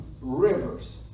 rivers